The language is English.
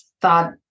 thought